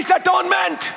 atonement।